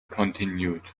continued